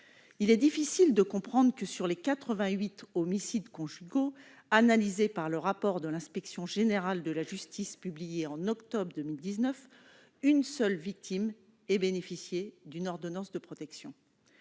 Il est difficile de comprendre que, sur les 88 « homicides conjugaux » analysés par l'inspection générale de la justice dans un rapport publié en octobre 2019, une seule victime ait bénéficié d'une ordonnance de protection.